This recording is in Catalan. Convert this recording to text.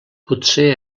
potser